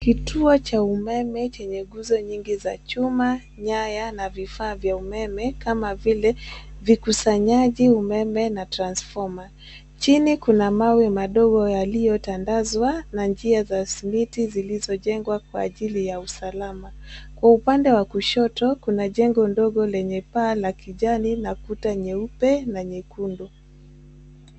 Kituo cha umeme chenye nguzo nyingi za chuma nyaya, na vifaa vya umeme, Kama vile vikusanyaji umeme na transformer ,Chini Kuna mawe madogo yaliyo tandazwa, na njia za simiti zilizojengwa kwa ajili ya usalama. Kwa upande wa kushoto Kuna jengo ndogo, lenye paa la kijani, na kuta nyeupe, na nyekundu.